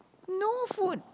no food